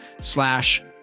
slash